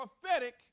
prophetic